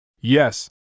Yes